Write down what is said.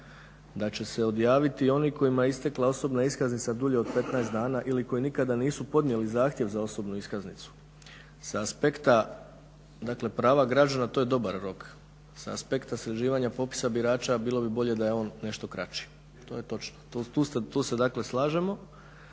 da će se odjaviti onima kojima je istekla osobna iskaznica dulja od 15 dana ili koji nikada nisu podnijeli zahtjev za osobnu iskaznicu. Sa aspekta prava građana, to je dobar rok, s aspekta sređivanja popisa birača bilo bi bolje da je on nešto kraći. To je točno. Tu se dakle slažemo.